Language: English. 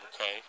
Okay